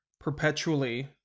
Perpetually